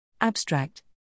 Abstract